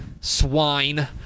swine